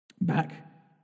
back